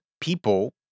people